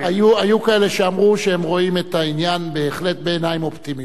היו כאלה שאמרו שהם רואים את העניין בהחלט בעיניים אופטימיות.